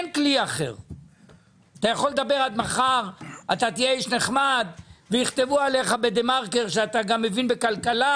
אתה יכול לדבר עד מחר ויכתבו עליך בדה מרקר שאתה מבין בכלכלה,